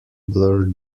blur